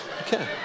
Okay